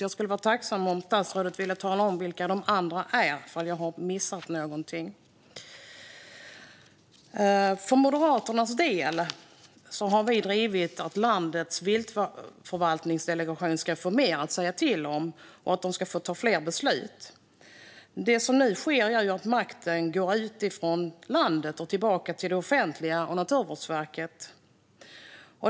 Jag skulle vara tacksam om statsrådet ville tala om vilka de andra är, ifall jag har missat någonting. För Moderaternas del har vi drivit att landets viltförvaltningsdelegationer ska få mer att säga till om och att de ska få ta fler beslut. Det som nu sker är ju att makten går ut från landet och tillbaka till det offentliga och Naturvårdsverket.